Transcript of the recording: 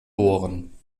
bohren